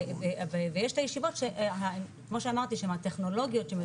ויש את הישיבות כמו שאמרתי שם הטכנולוגיות שהם